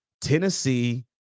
Tennessee